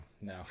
no